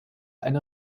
eine